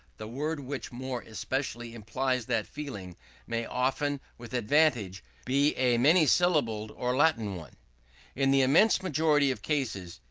the word which more especially implies that feeling may often with advantage be a many-syllabled or latin one in the immense majority of cases,